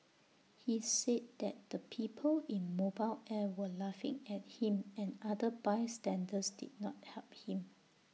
he said that the people in mobile air were laughing at him and other bystanders did not help him